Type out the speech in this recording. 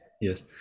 Yes